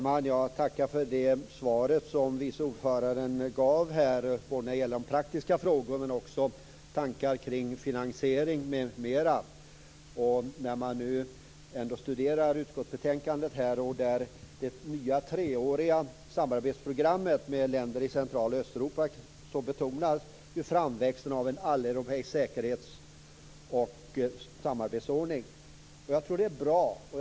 Fru talman! Jag tackar för det svar som vice ordföranden gav när det gäller de praktiska frågorna men också när det gäller tankar kring finansiering m.m. Nu studerar man ändå utskottsbetänkandet. I det nya treåriga samarbetsprogrammet med länder i Central och Östeuropa betonas framväxten av en alleuropeisk säkerhets och samarbetsordning. Jag tror att det är bra.